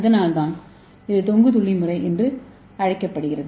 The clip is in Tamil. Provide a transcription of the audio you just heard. அதனால்தான் இது தொங்கும் துளி முறை என்று அழைக்கப்படுகிறது